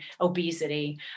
obesity